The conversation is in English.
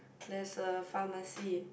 there's a pharmacy